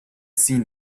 seen